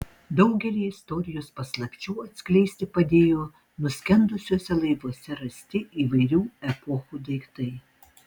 daugelį istorijos paslapčių atskleisti padėjo nuskendusiuose laivuose rasti įvairių epochų daiktai